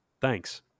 Thanks